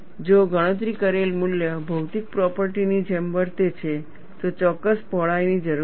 જો ગણતરી કરેલ મૂલ્ય ભૌતિક પ્રોપર્ટી ની જેમ વર્તે છે તો ચોક્કસ પહોળાઈની જરૂર છે